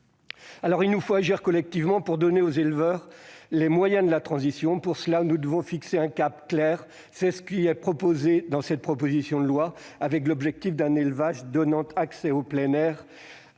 Alors, il nous faut agir collectivement, pour donner aux éleveurs les moyens de la transition. Pour ce faire, nous devons fixer un cap clair : c'est ce que nous proposons dans cette proposition de loi, avec pour objectif un élevage donnant accès au plein air